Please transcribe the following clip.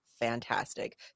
fantastic